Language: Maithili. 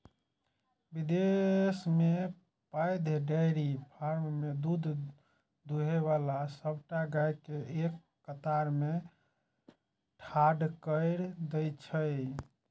विदेश मे पैघ डेयरी फार्म मे दूध दुहै बला सबटा गाय कें एक कतार मे ठाढ़ कैर दै छै